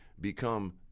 become